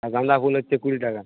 আর গান্দা ফুল হচ্ছে কুড়ি টাকা